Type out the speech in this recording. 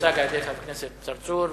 שיוצג על-ידי חבר הכנסת צרצור.